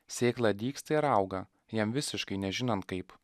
sėkla dygsta ir auga jam visiškai nežinant kaip